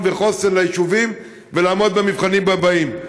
וחוסן ליישובים ולעמוד במבחנים הבאים.